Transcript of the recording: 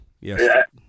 yes